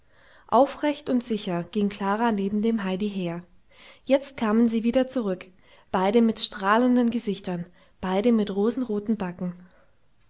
aufrecht und sicher ging klara neben dem heidi her jetzt kamen sie wieder zurück beide mit strahlenden gesichtern beide mit rosenroten backen